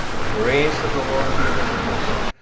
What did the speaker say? the grace of the lord jesus christ,